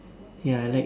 ya I like